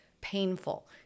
painful